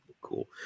cool